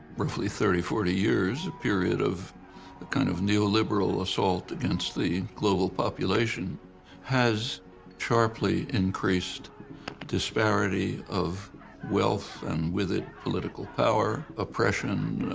roughly thirty forty years a period of kind of neo-liberal assault against the global population has sharply increased disparity of wealth and with it political power, oppression,